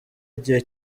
igihe